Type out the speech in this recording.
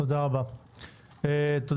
תודה רבה, אדוני.